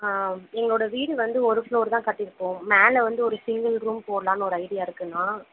எங்களோட விடு வந்து ஒரு ஃபுளோர் தான் கட்டிருக்கோம் மேலே வந்து ஒரு சிங்கிள் ரூம் போட்லான்னு ஒரு ஐடியா இருக்குண்ணா